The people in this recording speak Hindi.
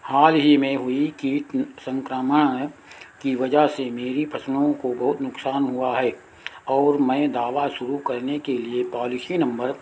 हाल ही में हुई कीट संक्रमण की वजह से मेरे फसलों को बहुत नुक़सान हुआ है और मैं दावा शुरू करने के लिए पॉलिसी नंबर